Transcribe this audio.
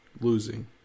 Losing